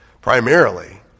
Primarily